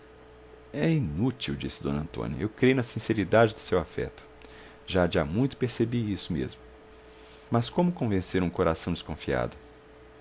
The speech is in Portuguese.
é inútil disse d antônia eu creio na sinceridade do seu afeto já de há muito percebi isso mesmo mas como convencer um coração desconfiado